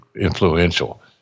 influential